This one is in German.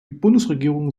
bundesregierung